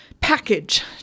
package